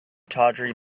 tawdry